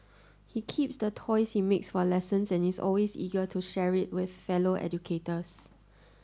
he keeps the toys he makes for lessons and is always eager to share it with fellow educators